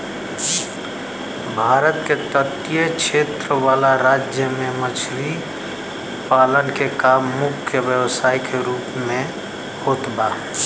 भारत के तटीय क्षेत्र वाला राज्य में मछरी पालन के काम मुख्य व्यवसाय के रूप में होत बा